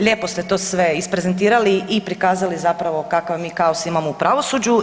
Lijepo ste to sve isprezentirali i prikazali zapravo kakav mi kaos imamo u pravosuđu.